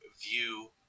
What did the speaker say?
view